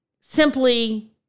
simply